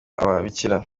ababikira